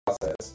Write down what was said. process